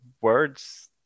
words